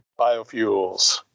Biofuels